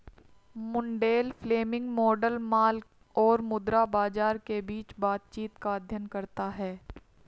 Mundell Fleming model माल और मुद्रा बाजार के बीच बातचीत का अध्ययन करता है